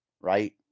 right